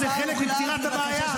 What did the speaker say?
זה חלק מפתירת הבעיה.